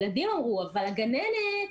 הילדים אמרו: "אבל הגננת,